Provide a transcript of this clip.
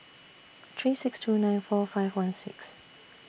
three six two nine four five one six